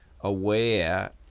aware